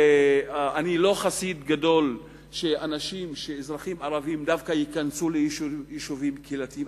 אני לא חסיד גדול של זה שאזרחים ערבים ייכנסו דווקא ליישובים קהילתיים.